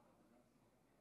השר לביטחון